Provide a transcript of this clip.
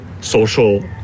social